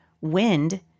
wind